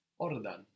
Ordan